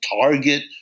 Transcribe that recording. target